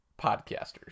Podcasters